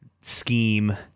scheme